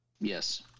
Yes